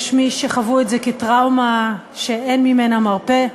יש מי שחוו את זה כטראומה שאין ממנה מרפא.